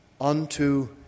unto